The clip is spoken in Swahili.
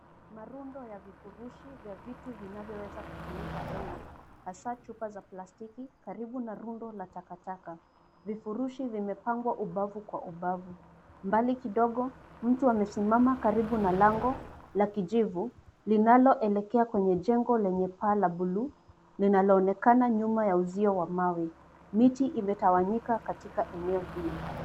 Marundo ya vifurushi vya vitu vinavyoweza kutumika tena hasa chupa za plastiki karibu na rundo la takataka. Vifurushi vimepangwa ubavu kwa ubavu. Mbali kidogo mtu amesimama karibu na lango la kijivu linaloelekea kwenye jengo lenye paa la buluu linaloonekana nyuma ya uzio wa mawe. Miti imetawanyika katika eneo hilo.